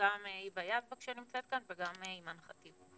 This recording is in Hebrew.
גם היבה יזבק שנמצאת כאן וגם אימאן ח'טיב.